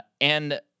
And-